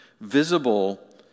visible